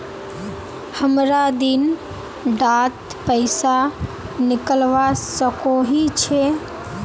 हमरा दिन डात पैसा निकलवा सकोही छै?